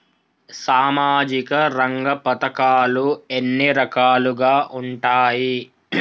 సామాజిక రంగ పథకాలు ఎన్ని రకాలుగా ఉంటాయి?